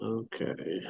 okay